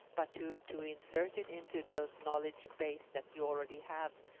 but to to insert it into those knowledge bases that you already have,